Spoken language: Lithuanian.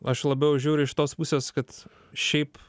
aš labiau žiūriu iš tos pusės kad šiaip